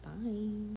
Bye